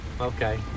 Okay